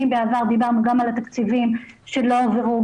אם בעבר דיברנו גם על התקציבים שלא הועברו,